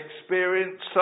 experienced